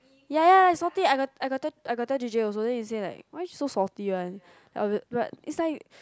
ya ya ya is salty I got I got tell I got tell j_j also and he say why so salty one but is like